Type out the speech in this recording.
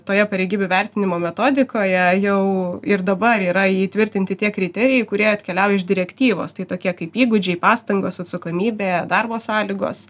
toje pareigybių vertinimo metodikoje jau ir dabar yra įtvirtinti tie kriterijai kurie atkeliauja iš direktyvos tai tokie kaip įgūdžiai pastangos atsakomybė darbo sąlygos